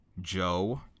Joe